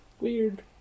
Weird